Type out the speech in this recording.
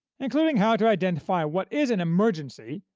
including how to identify what is an emergency,